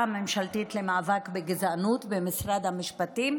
הממשלתית למאבק בגזענות במשרד המשפטים,